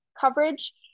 coverage